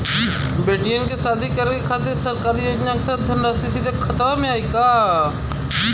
बेटियन के शादी करे के खातिर सरकारी योजना के तहत धनराशि सीधे खाता मे आई?